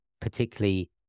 particularly